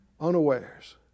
unawares